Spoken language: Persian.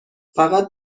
فقط